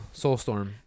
Soulstorm